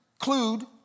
include